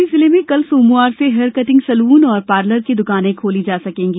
शिवपूरी जिले में कल सोमवार से हेयर कटिंग सैलून एवं पार्लर की द्वकानें खोली जा सकेंगी